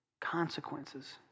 consequences